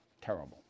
terrible